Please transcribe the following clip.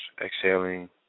exhaling